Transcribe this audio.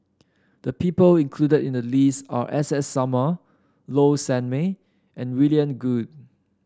the people included in the list are S S Sarma Low Sanmay and William Goode